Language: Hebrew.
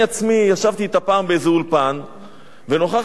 אני עצמי ישבתי אתה פעם באיזה אולפן ונוכחתי